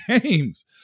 games